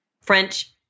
French